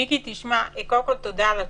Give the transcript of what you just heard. מיקי, קודם כל תודה על התשובה.